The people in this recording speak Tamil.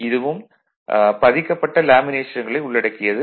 இதுவும் பதிக்கப்பட்ட லேமினேஷன்களை உள்ளடக்கியது